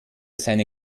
seine